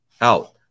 out